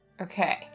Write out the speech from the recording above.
Okay